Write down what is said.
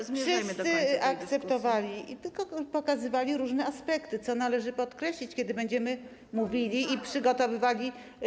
Wszyscy akceptowali to, tylko pokazywali różne aspekty, co należy podkreślić, kiedy będziemy mówili i przygotowywali.